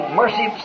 mercy